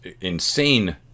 insane